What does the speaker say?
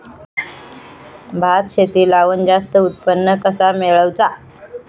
भात शेती लावण जास्त उत्पन्न कसा मेळवचा?